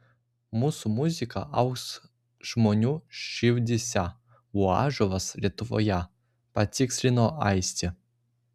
mūsų muzika augs žmonių širdyse o ąžuolas lietuvoje patikslino aistė